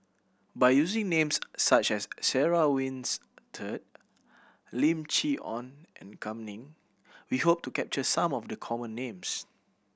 by using names such as Sarah Winstedt Lim Chee Onn and Kam Ning we hope to capture some of the common names